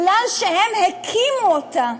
כי הם הקימו אותה.